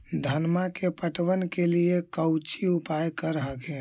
धनमा के पटबन के लिये कौची उपाय कर हखिन?